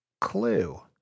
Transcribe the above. Clue